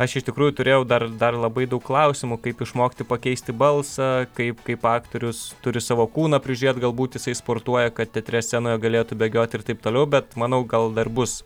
aš iš tikrųjų turėjau dar dar labai daug klausimų kaip išmokti pakeisti balsą kaip kaip aktorius turi savo kūną prižiūrėt galbūt jisai sportuoja kad teatre scenoje galėtų bėgioti ir taip toliau bet manau gal dar bus